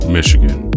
Michigan